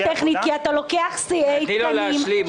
טכנית כי אתה לוקח שיאי תקנים -- תני לו להשלים,